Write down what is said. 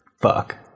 Fuck